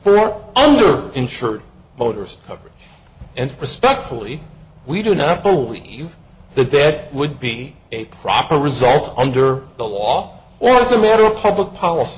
it under insured motors and respectfully we do not believe that that would be a proper result under the law or as a matter of public policy